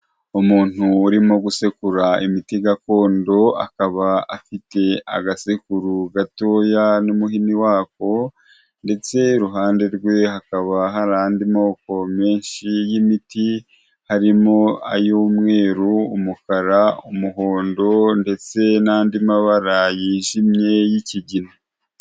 Umuntu urimo gusekura imiti gakondo akaba afite agasekuru gatoya n'umuhini wako ndetse iruhande rwe hakaba hari andi moko menshi y'imiti harimo ay'umweru, umukara, umuhondo ndetse n'andi mabara yijimye y'ikigina.